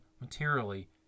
materially